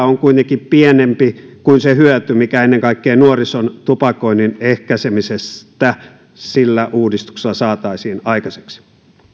on kuitenkin pienempi kuin se hyöty mikä ennen kaikkea nuorison tupakoinnin ehkäisemisestä sillä uudistuksella saataisiin aikaiseksi